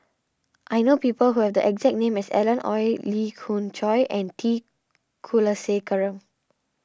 I know people who have the exact name as Alan Oei Lee Khoon Choy and T Kulasekaram